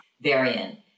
variant